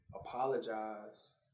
apologize